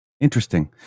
interesting